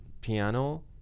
piano